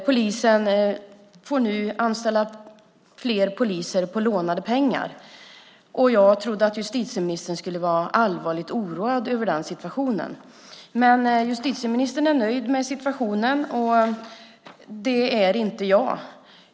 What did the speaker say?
Polisen får nu anställa fler poliser för lånade pengar, och jag trodde att justitieministern skulle vara allvarligt oroad över den situationen. Men justitieministern är nöjd med situationen, och det är inte jag.